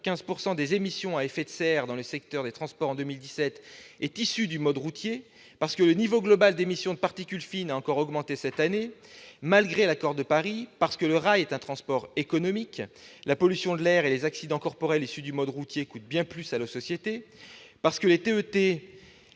95 % des émissions de gaz à effet de serre dans le secteur des transports provenaient l'année dernière du mode routier, parce que le niveau global d'émission de particules fines a encore augmenté cette année, malgré l'accord de Paris, parce que le rail est un transport économique- la pollution de l'air et les accidents corporels issus du mode routier coûtent bien plus à nos sociétés -, parce que les TET,